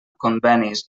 convenis